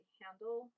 handle